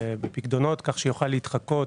בפיקדונות, כך שיוכל להתחקות,